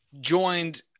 joined